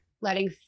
letting